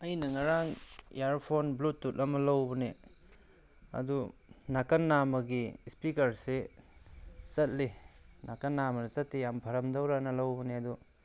ꯑꯩꯅ ꯉꯔꯥꯡ earphone bluetooth ꯑꯃ ꯂꯧꯕꯅꯦ ꯑꯗꯨ ꯅꯥꯀꯟ ꯅꯥꯝꯃꯒꯤ ꯏꯁꯄꯤꯀꯔꯁꯦ ꯆꯠꯂꯤ ꯅꯥꯀꯟ ꯅꯥꯝꯃꯅ ꯆꯠꯇꯦ ꯌꯥꯝ ꯐꯔꯝꯗꯧꯔꯅ ꯂꯧꯕꯅꯦ ꯑꯗꯣ